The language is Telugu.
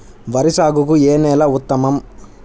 వరి సాగుకు ఏ నేల ఉత్తమం?